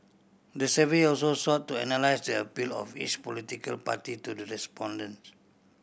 the survey also sought to analyse the appeal of each political party to the respondents